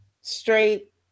straight